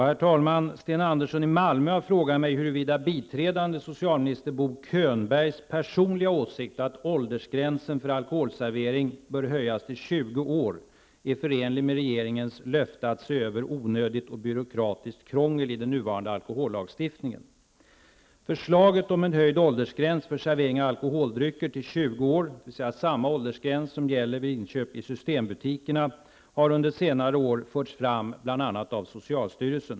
Herr talman! Sten Andersson i Malmö har frågat mig huruvida biträdande socialminister Bo Könbergs personliga åsikt att åldersgränsen för alkoholservering bör höjas till 20 år är förenlig med regeringens löfte att se över onödigt och byråkratiskt krångel i den nuvarande alkohollagstiftningen. Förslag om en höjd åldersgräns för servering av alkoholdrycker till 20 år -- dvs. samma åldersgräns som gäller vid inköp i systembutikerna -- har under senare år förts fram av bl.a. socialstyrelsen.